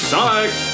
Sonic